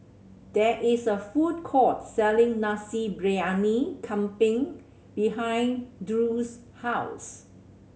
there is a food court selling Nasi Briyani Kambing behind Drew's house